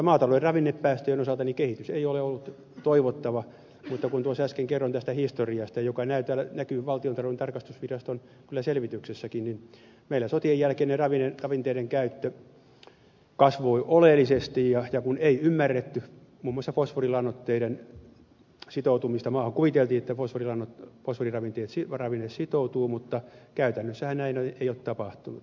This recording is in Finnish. maatalouden ravinnepäästöjen osalta kehitys ei ole ollut toivottava mutta kun tuossa äsken kerroin tästä historiasta joka näkyy valtiontalouden tarkastusviraston selvityksessäkin niin meillä sotien jälkeinen ravinteiden käyttö kasvoi oleellisesti ja kun ei ymmärretty muun muassa fosforilannoitteiden sitoutumista maahan kuviteltiin että fosforiravinne sitoutuu mutta käytännössähän näin ei ole tapahtunut